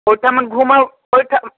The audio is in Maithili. ओहिठुमन घुमब ओहिठाम